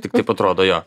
tik taip atrodo jo